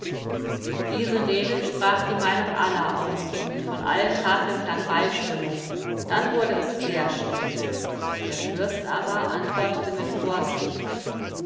diese rede sprach die meinung aller aus und von allen tafeln klang beistimmung dann wurde es sehr still der fürst aber antwortete mit vorsicht